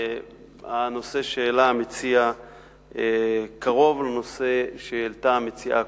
הנושא שהעלה המציע קרוב לנושא שהעלתה המציעה הקודמת,